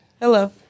Hello